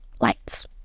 lights